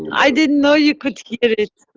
i didn't know you could hear it.